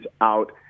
out